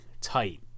tight